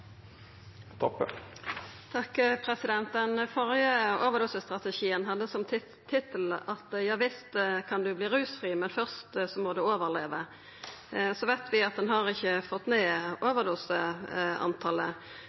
Den førre overdosestrategien hadde som tittel «Ja visst kan du bli rusfri – men først må du overleve». Så veit vi at ein har ikkje fått ned